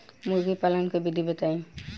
मुर्गीपालन के विधी बताई?